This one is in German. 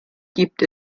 gibt